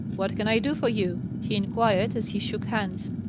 what can i do for you? he inquired, as he shook hands.